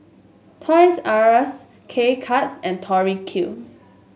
Toys R Us K Cuts and Tori Q